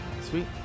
sweet